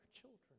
children